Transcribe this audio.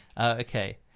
Okay